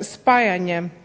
spajanjem